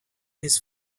his